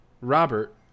Robert